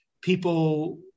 people